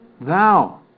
thou